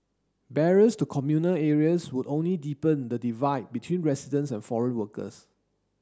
barriers to communal areas would only deepen the divide between residents and foreign workers